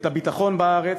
את הביטחון בארץ,